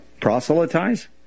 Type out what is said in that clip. Proselytize